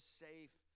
safe